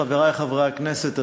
חברי חברי הכנסת,